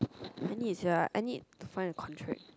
I need sia I need to find the contract